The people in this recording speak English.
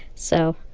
so,